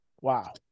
Wow